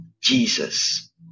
jesus